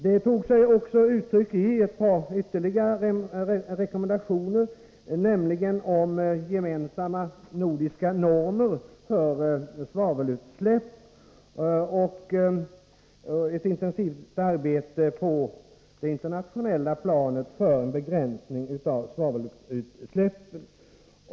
Detta tog sig också uttryck i ytterligare två rekommendationer, nämligen om gemensamma nordiska normer för svavelutsläpp och om ett intensifierat arbete på det internationella planet för begränsning av svavelutsläpp.